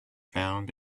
found